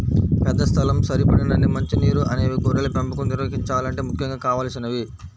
పెద్ద స్థలం, సరిపడినన్ని మంచి నీరు అనేవి గొర్రెల పెంపకం నిర్వహించాలంటే ముఖ్యంగా కావలసినవి